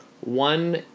One